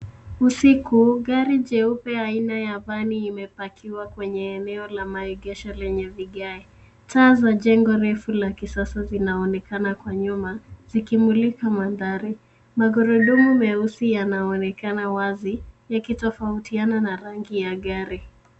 Usiku, gari jeupe aina ya vani imepakiwa kwenye eneo la maegesho lenye vigae. Taa za jengo refu la kisasa zinaonekana kwa nyuma, zikimulika mandhari. Magurudumu meusi yanaonekana wazi, yakitofautiana na rangi ya gari.